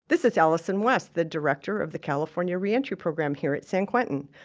this is allyson west, the director of the california re-entry program here at san quentin.